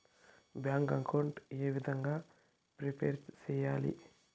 Bank account ఏ విధంగా prepare సెయ్యాలి?